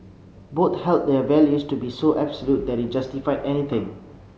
both held their values to be so absolute that it justified anything